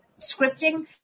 scripting